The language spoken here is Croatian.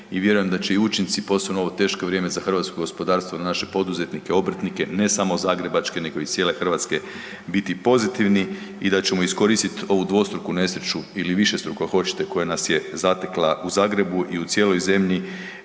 i vjerujem da će i učinci, posebno u ovo teško vrijeme za hrvatsko gospodarstvo i naše poduzetnike, obrtnike, ne samo zagrebačke nego i cijele Hrvatske, biti pozitivni i da ćemo iskoristiti ovu dvostruku nesreću ili višestruko, ako hoćete, koja nas je zatekla u Zagrebu u i cijeloj zemlji,